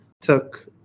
took